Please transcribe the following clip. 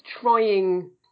trying